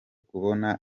kubona